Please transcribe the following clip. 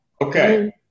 okay